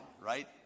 right